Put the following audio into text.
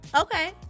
Okay